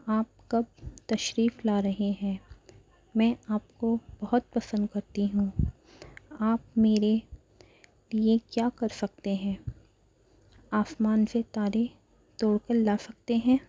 آپ کب تشریف لا رہے ہیں میں آپ کو بہت پسند کرتی ہوں آپ میرے لئے کیا کر سکتے ہیں آسمان سے تارے توڑ کر لا سکتے ہیں